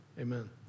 amen